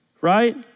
right